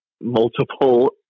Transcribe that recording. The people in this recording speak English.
multiple